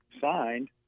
signed